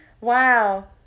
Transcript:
wow